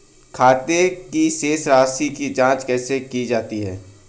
खाते की शेष राशी की जांच कैसे की जाती है?